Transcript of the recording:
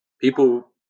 people